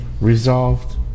resolved